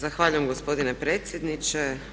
Zahvaljujem gospodine predsjedniče.